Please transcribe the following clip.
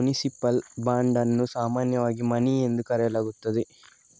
municipal bond ಅನ್ನು ಸಾಮಾನ್ಯವಾಗಿ money ಎಂದು ಕರೆಯಲಾಗುತ್ತದೆ